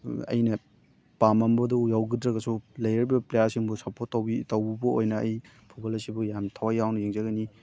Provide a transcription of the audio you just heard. ꯑꯩꯅ ꯄꯥꯝꯃꯝꯕꯗꯨ ꯌꯧꯒꯗ꯭ꯔꯒꯁꯨ ꯂꯩꯔꯤꯕ ꯄ꯭ꯂꯦꯌꯔꯁꯤꯡꯕꯨ ꯁꯞꯄꯣꯔꯠ ꯇꯧꯕ ꯑꯣꯏꯅ ꯑꯩ ꯐꯨꯠꯕꯣꯜ ꯑꯁꯤꯕꯨ ꯌꯥꯝ ꯊꯋꯥꯏ ꯌꯥꯎꯅ ꯌꯦꯡꯖꯒꯅꯤ